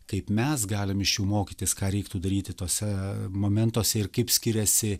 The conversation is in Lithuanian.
kaip mes galim iš jų mokytis ką reiktų daryti tuose momentuose ir kaip skiriasi